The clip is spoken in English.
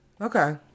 Okay